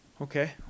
Okay